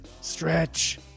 Stretch